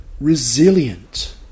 resilient